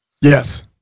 yes